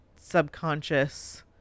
subconscious